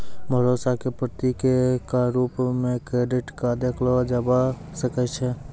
भरोसा क प्रतीक क रूप म क्रेडिट क देखलो जाबअ सकै छै